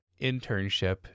internship